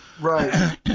right